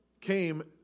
came